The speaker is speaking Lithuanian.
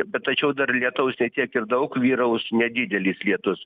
bet tačiau dar lietaus ne tiek ir daug vyraus nedidelis lietus